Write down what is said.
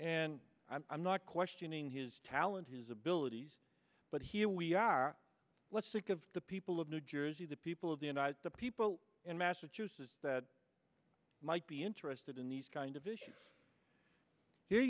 and i'm not questioning his talent his abilities but here we are let's stick of the people of new jersey the people of the united the people in massachusetts that might be interested in these kind of issues here